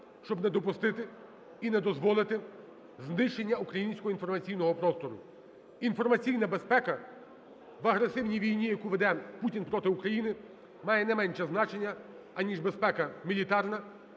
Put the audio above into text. щоб не допустити і не дозволити знищення українського інформаційного простору. Інформаційна безпека в агресивній війні, яку веде Путін проти України, має не менше значення аніж безпека мілітарна.